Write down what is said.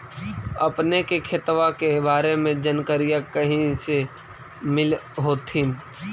अपने के खेतबा के बारे मे जनकरीया कही से मिल होथिं न?